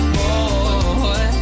boy